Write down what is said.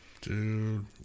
Dude